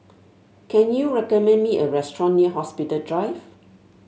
can you recommend me a restaurant near Hospital Drive